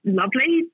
lovely